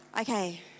Okay